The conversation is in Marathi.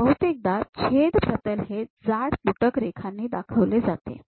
बहुतेकदा छेद प्रतल हे जाड तुटक रेघांनी दर्शविले जाते